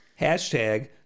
Hashtag